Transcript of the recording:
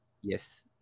Yes